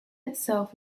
itself